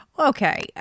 Okay